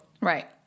Right